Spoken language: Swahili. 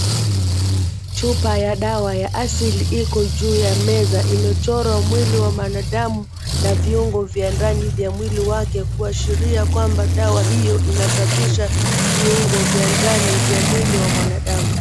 Chupa ya dawa ya asili iko juu ya meza. Imechorwa mwili wa mwanadamu na viungo vya ndani vya mwili wake kuashiria kwamba dawa hio inasafisha viungo vya ndani vya mwili wa mwanadamu.